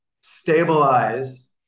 stabilize